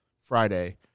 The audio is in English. Friday